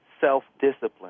self-discipline